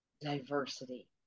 diversity